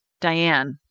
Diane